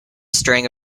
string